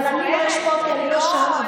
אבל אני לא אשפוט כי אני לא שם.